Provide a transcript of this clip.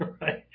right